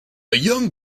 young